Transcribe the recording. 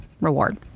reward